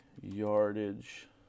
yardage